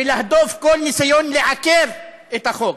ולהדוף כל ניסיון לעכב את החוק.